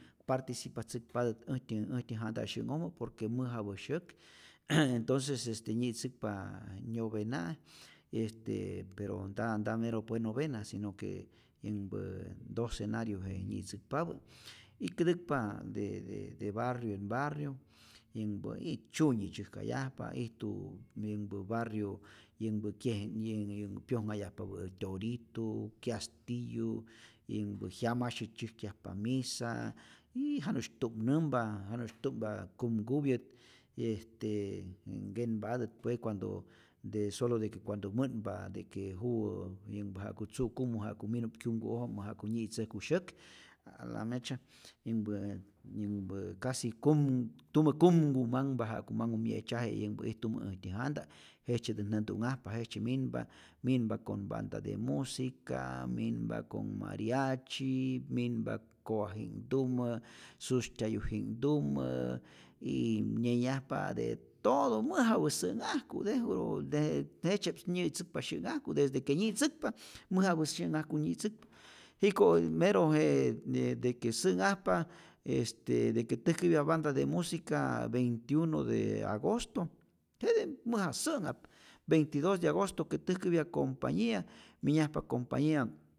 Participatzäkpatät äjtyä äjtyä janta' syä'nhojmä por que mäjapä syäk, entonces este nyi'tzäkpa nyovena', este pero nta nta mero pue novena si no que yänhpa docenariu je nyi'tzäkpapä y kätäkpa de barrio en barrio yänhpä y tzyunyi tzyäjkayajpa, ijtu yänhpä barrio yänhpä kye yä yänhpä pyojnhayajpapä' tyoritu, kyastiyu, yänhpä jyamasye tzyäjkyajpa misa, jiii janu'sy tu'mnämpa, janu'sh tu'mpa kumkupyä't, este nkenpatät pue cuando de solo de que cuando mä'nhpa de que juwä yänhpä ja'ku tzu'kumu ja'ku minu'p kyumku'ojmä ja'ku nyi'tzäjku syäk, a la mecha' yänhpä yänhpä kasi kum tumä kumku manhpa ja'ku manhu mye'tzyaje, yänhpä ijtumä äjtyä janta jejtzyetät nä'tu'nhajpa, jejtzye minpa, minpa con banda de música, minpa con mariachi, minpa kowaji'knhtumä, sustyajuji'knhtumä, y nyenyajpa de todo, mujapä sä'nhajku tejuro de jejtzye'p nyi'tzäkpa syä'nhajku, desde que nyi'tzäkpa, mäjapä su'nhajku nyi'tzäkpa, jiko' mero je de que sä'nhajpa este de que täjkäpya banda de musica, veinti uno de agosto jete mäja sä'nhap, veinti dos de agosto que täjkäpya compañia minyajpa compañia